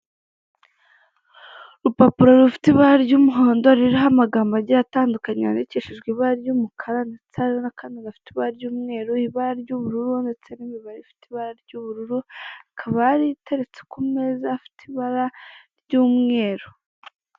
Urupapuro rufite ibara ry'umuhondo ririho amagara agiye atandukanye yandikishijwe ibara ry'umukara ndetse hari n'akandi gafite ibara ry'umweru, ibara ry'ubururu ndetse n'imibare ifite ibara ry'ubururu ikaba hari iteretse ku meza afite ibara ry'umweru.